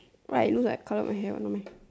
why I look like I colour my hair only